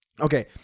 Okay